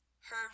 her